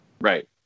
Right